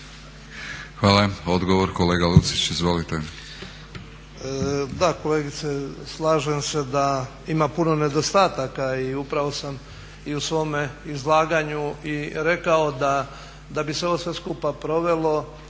Hvala. Odgovor kolega Lucić, izvolite. **Lucić, Franjo (HDZ)** Da kolegice slažem se da ima puno nedostataka i upravo sam i u svome izlaganju i rekao da bi se ovo sve skupa provelo.